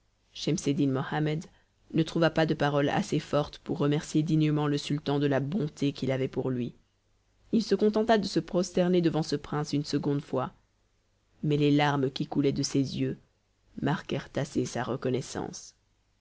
mohammed ne trouva pas de paroles assez fortes pour remercier dignement le sultan de la bonté qu'il avait pour lui il se contenta de se prosterner devant ce prince une seconde fois mais les larmes qui coulaient de ses yeux marquèrent assez sa reconnaissance